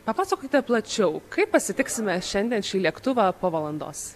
papasakokite plačiau kaip pasitiksime šiandien šį lėktuvą po valandos